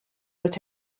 with